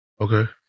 Okay